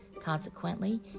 Consequently